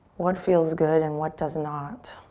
what feels good and what does not?